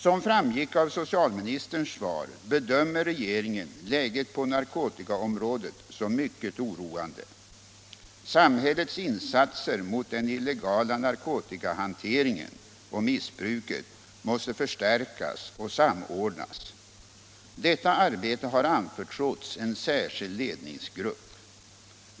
Som framgick av socialministerns svar bedömer regeringen läget på narkotikaområdet som mycket oroande. Samhällets insatser mot den illegala narkotikahanteringen och missbruket måste förstärkas och samordnas. Detta arbete har anförtrotts en särskild ledningsgrupp.